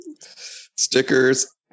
Stickers